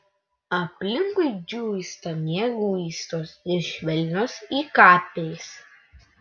aplinkui džiūsta mieguistos ir švelnios įkapės